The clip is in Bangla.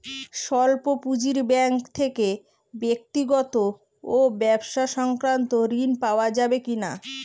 স্বল্প পুঁজির ব্যাঙ্ক থেকে ব্যক্তিগত ও ব্যবসা সংক্রান্ত ঋণ পাওয়া যাবে কিনা?